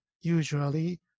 usually